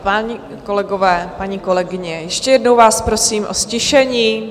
Páni kolegové, paní kolegyně, ještě jednou vás prosím o ztišení.